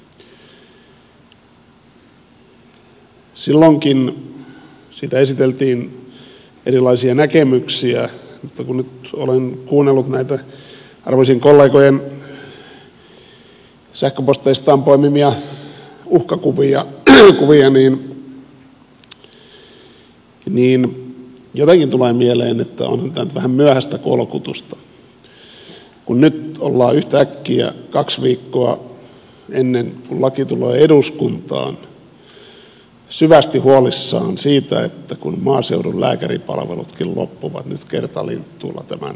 silloinkin siitä esiteltiin erilaisia näkemyksiä mutta nyt kun olen kuunnellut näitä arvoisien kollegojen sähköposteistaan poimimia uhkakuvia niin jotenkin tulee mieleen että onhan tämä nyt vähän myöhäistä kolkutusta kun nyt ollaan yhtäkkiä kaksi viikkoa ennen kuin laki tulee eduskuntaan syvästi huolissaan siitä että maaseudun lääkäripalvelutkin loppuvat nyt kertalinttuulla tämän takia